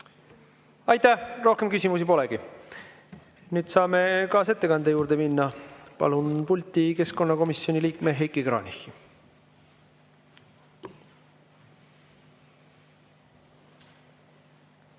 Aitäh! Rohkem küsimusi polegi. Nüüd saame kaasettekande juurde minna. Palun pulti keskkonnakomisjoni liikme Heiki Kranichi.